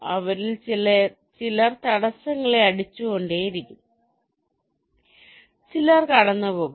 അവരിൽ ചിലർ തടസ്സങ്ങളെ അടിച്ചുകൊണ്ടേയിരിക്കും ചിലർ കടന്നുപോകും